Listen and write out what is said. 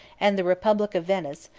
and the republic of venice,